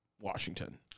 Washington